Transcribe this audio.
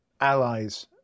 allies